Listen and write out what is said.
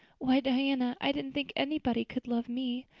why, diana, i didn't think anybody could love me.